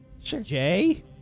Jay